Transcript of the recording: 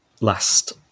last